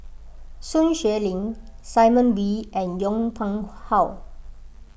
Sun Xueling Simon Wee and Yong Pung How